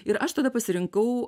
ir aš tada pasirinkau